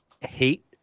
hate